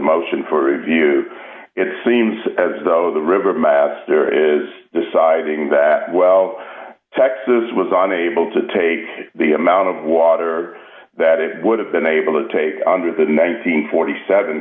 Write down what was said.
motion for review it seems as though the river mass there is deciding that well texas was unable to take the amount of water that it would have been able to take under the nine hundred and forty seven